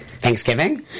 Thanksgiving